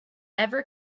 ever